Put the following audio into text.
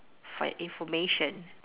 for your information